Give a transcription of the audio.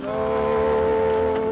so